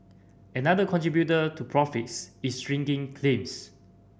another contributor to profits is shrinking claims